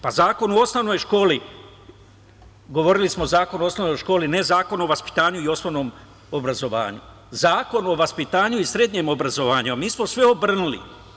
Pa, zakon o osnovnoj školi, govorili smo, zakon o osnovnoj školi, ne Zakon o vaspitanju i osnovnom obrazovanju, Zakon o vaspitanju i srednjem obrazovanju, a mi smo sve obrnuli.